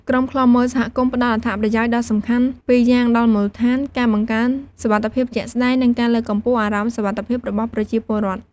ក្រុមឃ្លាំមើលសហគមន៍ផ្តល់អត្ថប្រយោជន៍ដ៏សំខាន់ពីរយ៉ាងដល់មូលដ្ឋាន ការបង្កើនសុវត្ថិភាពជាក់ស្តែង និងការលើកកម្ពស់អារម្មណ៍សុវត្ថិភាពរបស់ប្រជាពលរដ្ឋ។